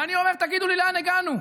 ואני אומר, תגידו לי, לאן הגענו?